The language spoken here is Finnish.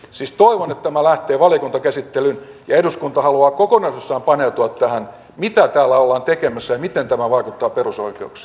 siis toivon että tämä lähtee valiokuntakäsittelyyn ja eduskunta haluaa kokonaisuudessaan paneutua tähän mitä tällä ollaan tekemässä ja miten tämä vaikuttaa perusoikeuksiin